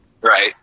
Right